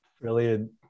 Brilliant